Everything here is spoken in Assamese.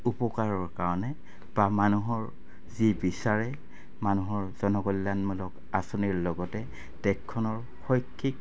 উপকাৰৰ কাৰণে বা মানুহৰ যি বিচাৰে মানুহৰ জনগল্যাণমূলক আঁচনিৰ লগতে দেশখনৰ শৈক্ষিক